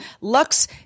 Lux